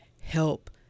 help